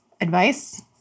advice